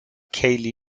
cayley